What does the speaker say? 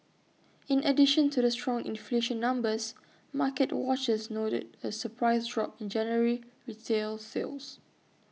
in addition to the strong inflation numbers market watchers noted A surprise drop in January retail sales